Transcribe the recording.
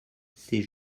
ces